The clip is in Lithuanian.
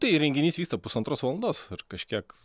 tai renginys vyksta pusantros valandos ar kažkiek